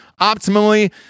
optimally